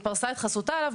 היא פרסה את חסותה עליו,